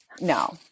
No